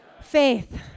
Faith